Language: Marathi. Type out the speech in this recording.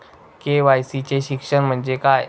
के.वाय.सी चे शिक्षण म्हणजे काय?